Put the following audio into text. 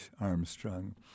Armstrong